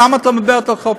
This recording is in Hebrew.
למה את לא מדברת על חופש?